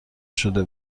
شده